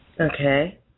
Okay